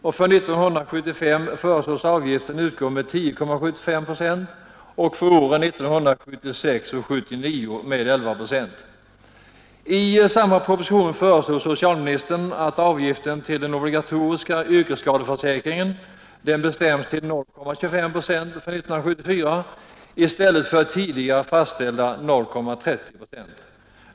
För 1975 föreslås avgiften utgå med 10,75 procent och för åren 1976—1979 med 11 procent. I samma proposition föreslår socialministern att avgiften till den obligatoriska yrkesskadeförsäkringen bestäms till 0,25 procent för år 1974 i stället för tidigare fastställda 0,30 procent.